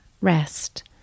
rest